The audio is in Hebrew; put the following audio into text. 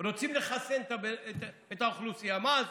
רוצים לחסן את האוכלוסייה, מה עשו?